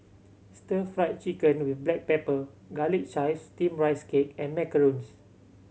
Stir Fried Chicken with black pepper Garlic Chives Steamed Rice Cake and macarons